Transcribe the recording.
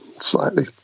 slightly